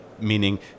meaning